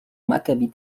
maccabi